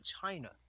China